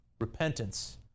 repentance